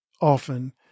often